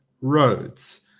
roads